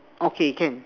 okay can